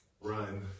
run